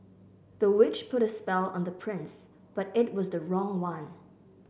the witch put a spell on the prince but it was the wrong one